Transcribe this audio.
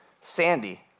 Sandy